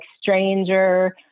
Stranger